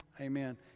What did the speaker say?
Amen